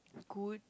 good